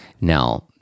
Now